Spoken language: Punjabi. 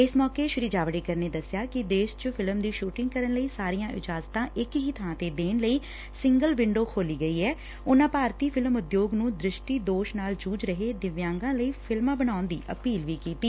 ਇਸ ਮੌਕੇ ਸ੍ਰੀ ਜਾਵਤੇਕਰ ਨੇ ਦਸਿਆ ਕਿ ਦੇਸ਼ ਚ ਫਿਲਮ ਦੀ ਸੂਟਿੰਗ ਕਰਨ ਲਈ ਸਾਰੀਆਂ ਇਜਾਜਤਾਂ ਇਕ ਹੀ ਥਾਂ ਤੇ ਦੇਣ ਲਈ ਸਿੰਗਲ ਵਿੰਡੋ ਖੋਲ੍ਹੀ ਗਈ ਐ ਉਨ੍ਹਾਂ ਭਾਰਤੀ ਫਿਲਮ ਉਦਯੋਗ ਨੂੰ ਦ੍ਸਿਸਟੀ ਦੋਸ਼ ਨਾ ਜੂਝ ਰਹੇ ਦਿਵਿਆਂਗਾਂ ਲਈ ਫਿਲਮਾਂ ਬਣਾਉਣ ਦੀ ਅਪੀਲ ਵੀ ਕੀਤੀ